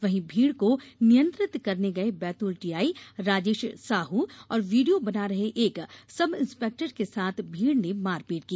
वहीं भीड़ को नियंत्रित करने गए बैतूल टीआई राजेश साहू और वीडियो बना रहे एक सबइंस्पेक्टर के साथ भीड़ ने मारपीट की